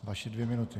Vaše dvě minuty.